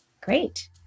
Great